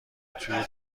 توی